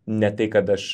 ne tai kad aš